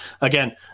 again